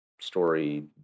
Story